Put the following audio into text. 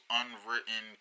unwritten